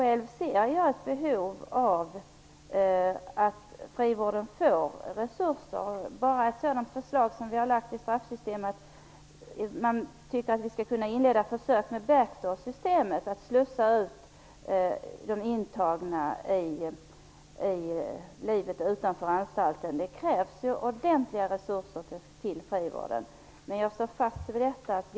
Själv ser jag ett behov av att frivården får resurser. Ett sådant förslag har lagts i fråga om straffsystemet. Man tycker att vi skall kunna inleda försök med det s.k. back doorsystemet, dvs. att slussa ut intagna i livet utanför anstalten. Det krävs alltså ordentliga resurser till frivården. Jag står fast vid vad jag tidigare sagt.